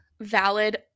valid